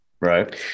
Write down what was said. right